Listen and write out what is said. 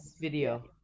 video